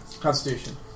constitution